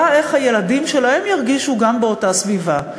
איך הילדים שלהם ירגישו גם באותה סביבה.